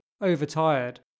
overtired